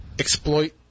exploit